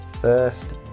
first